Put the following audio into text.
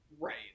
Right